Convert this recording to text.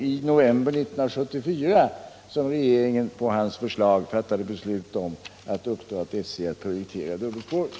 I november 1974 fattade så regeringen på hans förslag beslut om att uppdra åt SJ att prioritera dubbelspåret.